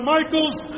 Michaels